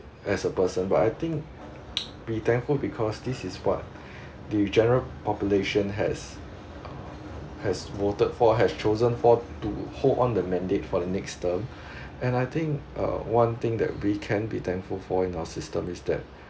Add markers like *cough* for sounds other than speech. as a person but I think *noise* be thankful because this is what *breath* the general population has has voted for has chosen for to hold on the mandate for the next term *breath* and I think uh one thing that we can be thankful for in our system is that *breath*